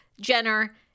Jenner